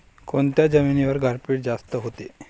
कोनच्या जमिनीवर गारपीट जास्त व्हते?